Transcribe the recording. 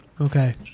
Okay